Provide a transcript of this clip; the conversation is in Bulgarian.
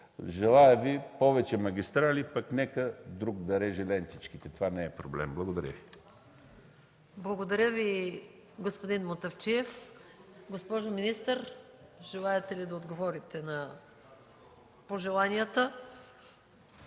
Желая Ви повече магистрали, пък нека друг да реже лентичките – това не е проблем. Благодаря Ви. ПРЕДСЕДАТЕЛ МАЯ МАНОЛОВА: Благодаря Ви, господин Мутафчиев. Госпожо министър, желаете ли да отговорите на пожеланията?